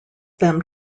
them